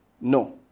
No